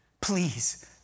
Please